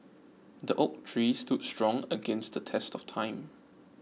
the oak tree stood strong against the test of time